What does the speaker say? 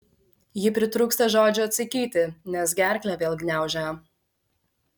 ji pritrūksta žodžių atsakyti nes gerklę vėl gniaužia